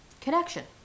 Connection